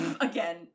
again